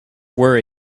worry